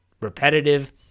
repetitive